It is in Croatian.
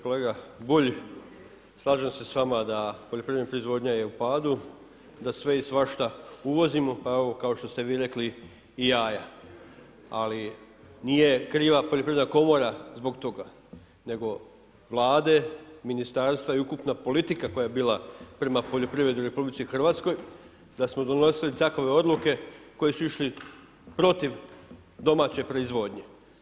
Kolega Bulj, slažem se s vama da poljoprivredna proizvodnja je u padu, da sve i svašta uvozimo, pa evo, kao što ste vi rekli i jaja, ali nije kriva poljoprivredna komora zbog toga nego vlade, ministarstva i ukupna politika koja je bila prema poljoprivredi u RH, da smo donosili takove odluke koje su išle protiv domaće proizvodnje.